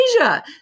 Asia